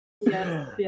yes